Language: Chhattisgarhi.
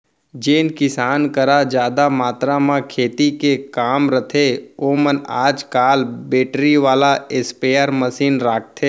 जेन किसान करा जादा मातरा म खेती के काम रथे ओमन आज काल बेटरी वाला स्पेयर मसीन राखथें